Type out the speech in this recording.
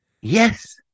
Yes